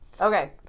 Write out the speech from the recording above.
Okay